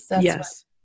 yes